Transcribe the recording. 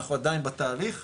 אנחנו עדיין בתהליך,